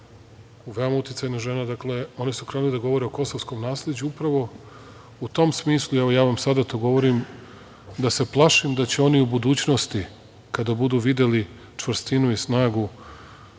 veoma uticajna žena, dakle, oni su krenuli da govore o kosovskom nasleđu upravo u tom smislu i evo, ja vam sada to govorim, da se plašim da će oni u budućnosti kada budu videli čvrstinu i snagu,